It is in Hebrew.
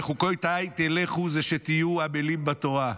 בחוקותיי תלכו, זה שתהיו עמלים בתורה.